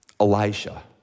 Elijah